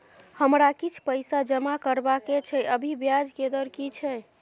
हमरा किछ पैसा जमा करबा के छै, अभी ब्याज के दर की छै?